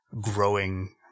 growing